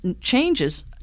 changes